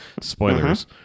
spoilers